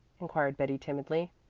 inquired betty timidly.